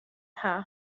haw